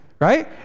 right